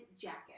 jacket